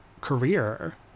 career